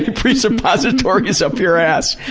ah presuppositories up your ass.